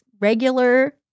regular